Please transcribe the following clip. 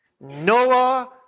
Noah